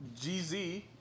GZ